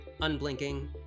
unblinking